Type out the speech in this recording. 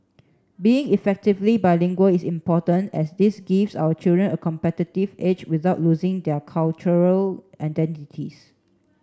being effectively bilingual is important as this gives our children a competitive edge without losing their cultural identities